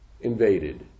invaded